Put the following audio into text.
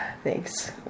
Thanks